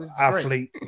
Athlete